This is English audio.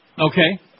Okay